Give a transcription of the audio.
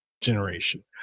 generation